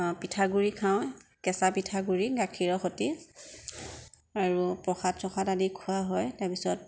পিঠাগুৰি খাওঁ কেঁচা পিঠাগুৰি গাখীৰৰ সৈতে আৰু প্ৰসাদ চসাদ আদি খোৱা হয় তাৰ পিছত